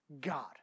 God